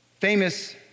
Famous